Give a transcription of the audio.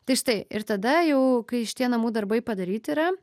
tai štai ir tada jau kai šitie namų darbai padaryti yra